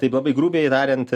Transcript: taip labai grubiai tariant